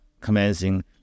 commencing